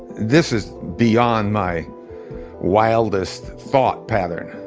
this is beyond my wildest thought pattern.